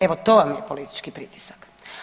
Evo to vam je politički pritisak.